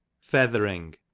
Feathering